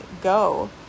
go